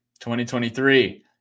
2023